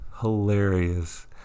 hilarious